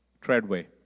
Treadway